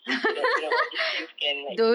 so that you know all these things can like